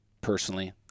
personally